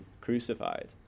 crucified